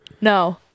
no